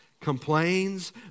complains